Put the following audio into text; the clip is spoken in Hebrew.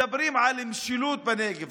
מדברים על משילות בנגב.